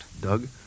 Doug